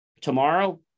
tomorrow